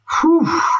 Whew